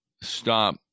stop